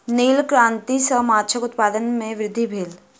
नील क्रांति सॅ माछक उत्पादन में वृद्धि भेल